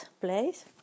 place